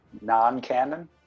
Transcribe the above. non-canon